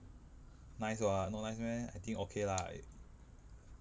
nice [what] not nice meh I think okay lah it